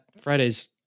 Fridays